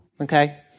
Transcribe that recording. okay